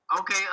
okay